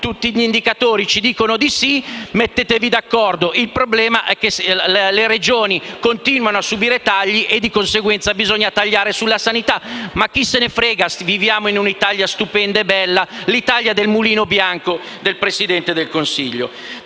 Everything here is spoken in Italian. tutti gli indicatori ci dicono di sì. Mettetevi d'accordo. Il problema è che le Regioni continuano a subire tagli e di conseguenza bisogna tagliare sulla sanità, ma chi se ne frega, viviamo in una Italia stupenda e bella, l'Italia del mulino bianco del Presidente del Consiglio!